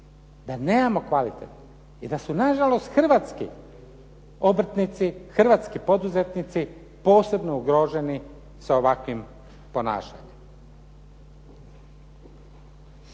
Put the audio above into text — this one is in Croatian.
na tržištu i da su nažalost hrvatski obrtnici, hrvatski poduzetnici posebno ugroženi sa ovakvim ponašanjem.